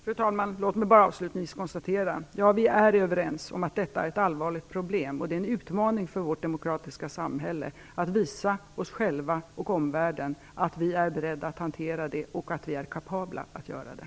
Fru talman! Låt mig bara avslutningsvis konstatera att vi är överens om att detta är ett allvarligt problem. Det är en utmaning för vårt demokratiska samhälle att visa oss själva och omvärlden att vi är beredda att hantera det och att vi är kapabla att göra det.